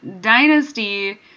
Dynasty